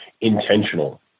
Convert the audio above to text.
intentional